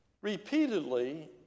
Repeatedly